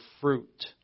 fruit